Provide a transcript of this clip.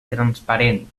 transparent